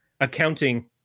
accounting